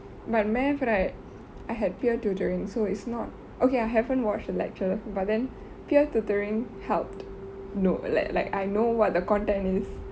but math right I had peer tutoring so it's not okay I haven't watch the lecture but then peer tutoring helped no like like I know what the content is